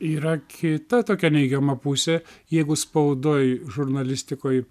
yra kita tokia neigiama pusė jeigu spaudoj žurnalistikoj